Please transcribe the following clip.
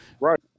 Right